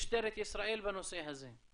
למשטרת ישראל בנושא הזה?